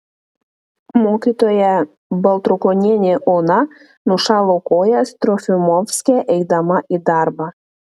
mokytoja baltrukonienė ona nušalo kojas trofimovske eidama į darbą